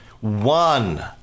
one